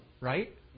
Right